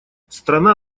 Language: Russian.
страна